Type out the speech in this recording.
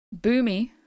Boomy